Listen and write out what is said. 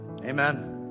amen